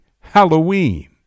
Halloween